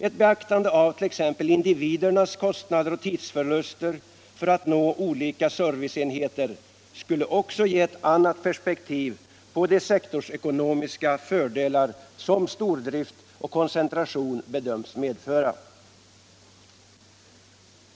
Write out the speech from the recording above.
Ett beaktande av t.ex. individernas kostnader och tidsförluster för att nå olika serviceenheter skulle också ge ett annat perspektiv på de sektorsekonomiska fördelar som stordrift och koncentration bedöms medföra.